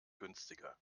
günstiger